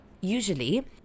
usually